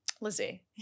Lizzie